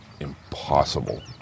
impossible